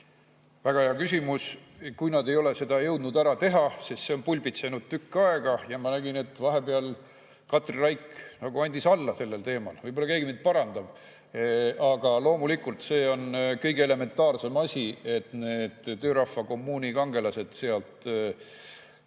Väga hea küsimus, kui seda ei ole jõutud veel ära teha. See on pulbitsenud tükk aega ja ma nägin, et vahepeal Katri Raik nagu andis alla sellel teemal. Võib-olla keegi mind parandab. Aga loomulikult on see kõige elementaarsem asi, et need töörahva kommuuni kangelased sealt